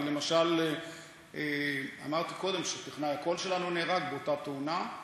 כי למשל אמרתי קודם שטכנאי הקול שלנו נהרג באותה תאונה,